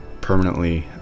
permanently